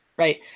Right